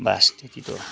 बास त्यति त हो